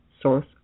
source